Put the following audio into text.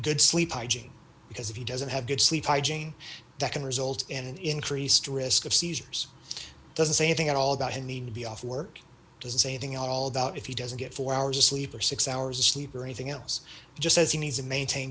good sleep hygiene because if he doesn't have good sleep hygiene that can result in an increased risk of seizures doesn't say anything at all about his need to be off work to saving all doubt if he doesn't get four hours of sleep or six hours of sleep or anything else just as he needs to maintain